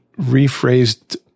rephrased